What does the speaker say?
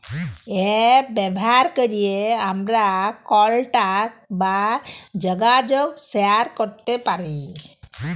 app ব্যাভার ক্যরে আমরা কলটাক বা জ্যগাজগ শেয়ার ক্যরতে পারি